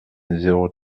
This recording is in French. zéro